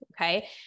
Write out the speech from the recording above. Okay